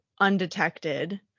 undetected